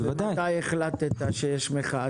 מתי החלטת שיש מחאה?